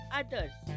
others